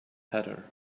hatter